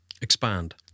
Expand